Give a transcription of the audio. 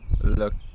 Look